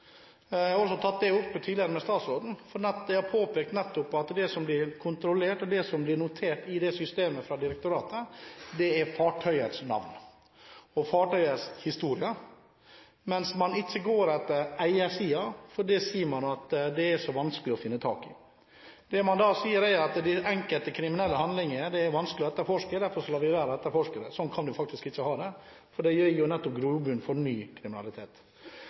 Jeg har tatt det opp tidligere med statsråden, hvor jeg nettopp har påpekt at det som blir kontrollert og notert i systemet til direktoratet, er fartøyets navn og fartøyets historie, mens man ikke går etter eiersiden, for man sier at det er så vanskelig å få tak i den. Det man da sier, er at enkelte kriminelle handlinger er vanskelige å etterforske, derfor lar vi være å etterforske dem. Slik kan vi faktisk ikke ha det, for det gir nettopp grobunn for ny kriminalitet.